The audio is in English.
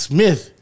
Smith